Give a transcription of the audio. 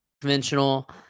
Conventional